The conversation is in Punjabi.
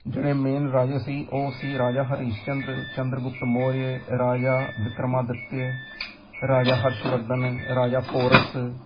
ਜਿਹੜੇ ਮੇਨ ਰਾਜੇ ਸੀ ਉਹ ਸੀ ਰਾਜਾ ਹਰੀਸ਼ ਚੰਦਰ ਚੰਦਰਗੁਪਤ ਮੋਰੀਆ ਰਾਜਾ ਬਿਕਰਮਾ ਅਦਿੱਤੇ ਰਾਜਾ ਹਰਸ਼ਵਰਧਨ ਰਾਜਾ ਪੋਰਸ